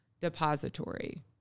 depository